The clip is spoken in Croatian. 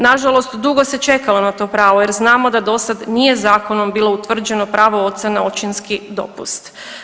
Nažalost dugo se čekalo na to pravo jer znamo da dosada nije zakonom bilo utvrđeno pravo oca na očinski dopust.